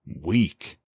weak